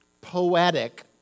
poetic